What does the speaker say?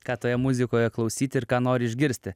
ką toje muzikoje klausyti ir ką nori išgirsti